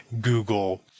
Google